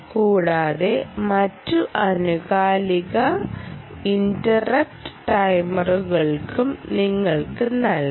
കൂടാതെ മറ്റ് ആനുകാലിക ഇന്ററപ്റ്റ് ടൈമറുകൾക്കും നിങ്ങൾക്ക് നൽകാം